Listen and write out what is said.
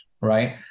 right